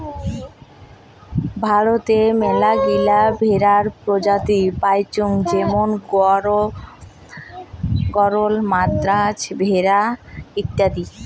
ভারতে মেলাগিলা ভেড়ার প্রজাতি পাইচুঙ যেমন গরল, মাদ্রাজ ভেড়া অত্যাদি